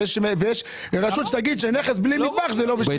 ויש רשות שתגיד שנכס בלי מטבח הוא לא משומש.